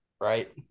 Right